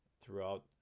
throughout